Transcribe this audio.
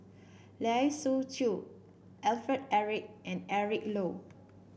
Lai Siu Chiu Alfred Eric and Eric Low